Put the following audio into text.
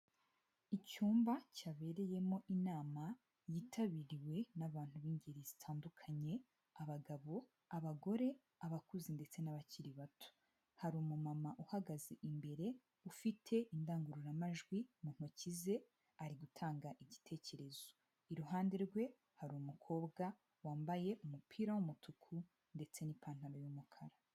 Icyumba cyabereyemo inama yitabiriwe n'abantu b'ingeri zitandukanye: abagabo, abagore, abakuze ndetse n'abakiri bato. Hari umumama uhagaze imbere ufite indangururamajwi mu ntoki ze ari gutanga igitekerezo. Iruhande rwe hari umukobwa wambaye umupira w'umutuku ndetse n'ipantaro y'umukara.